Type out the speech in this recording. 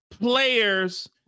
players